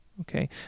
okay